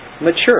mature